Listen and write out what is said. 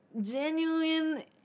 Genuine